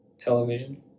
television